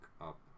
up